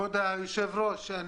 כבוד היושב-ראש,